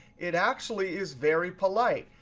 it actually is very polite.